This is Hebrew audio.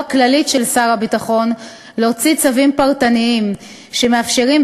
הכללית של שר הביטחון להוציא צווים פרטניים שמאפשרים,